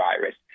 virus